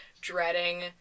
dreading